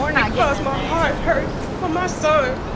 because my heart hurts for my so